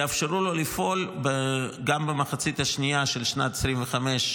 יאפשרו לו לפעול גם במחצית השנייה של שנת 2025,